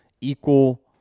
equal